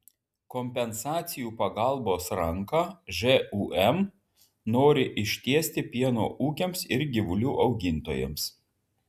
kompensacijų pagalbos ranką žūm nori ištiesti pieno ūkiams ir gyvulių augintojams